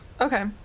Okay